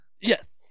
Yes